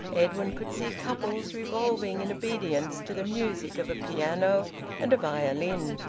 edwin could see couples revolving in obedience to the music of a piano and a violin.